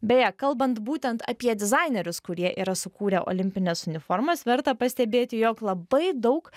beje kalbant būtent apie dizainerius kurie yra sukūrę olimpines uniformas verta pastebėti jog labai daug